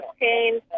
pain